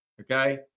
okay